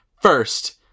First